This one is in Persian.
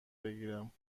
بگیرم